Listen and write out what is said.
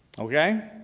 okay?